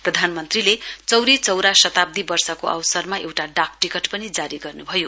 प्रधानमन्त्री चौरी चौरा शताब्दी वर्षको अवसरमा एउटा डाक टिकट पनि जारी गर्न् भयो